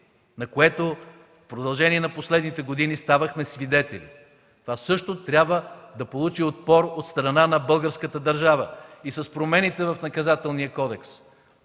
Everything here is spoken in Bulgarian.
на което в продължение на последните години ставахме свидетели. Това също трябва да получи отпор от страна на българската държава. С промените в Наказателния кодекс